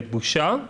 בושה,